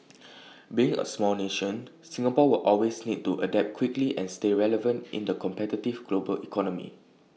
being A small nation Singapore will always need to adapt quickly and stay relevant in the competitive global economy